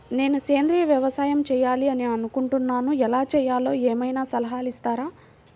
నేను సేంద్రియ వ్యవసాయం చేయాలి అని అనుకుంటున్నాను, ఎలా చేయాలో ఏమయినా సలహాలు ఇస్తారా?